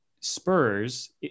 Spurs